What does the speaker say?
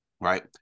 right